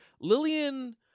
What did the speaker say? lillian